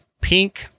pink